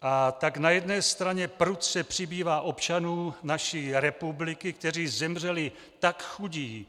A tak na jedné straně prudce přibývá občanů naší republiky, kteří zemřeli tak chudí,